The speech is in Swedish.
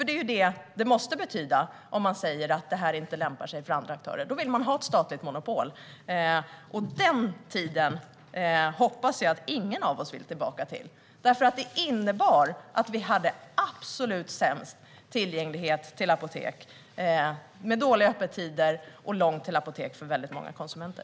Det måste det betyda om man säger att detta inte lämpar sig för andra aktörer. Då vill man ha ett statligt monopol. Den tiden hoppas jag att ingen av oss vill tillbaka till, därför att det innebar att vi hade absolut sämst tillgänglighet till apotek - dåliga öppettider och långt till apotek för många konsumenter.